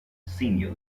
senior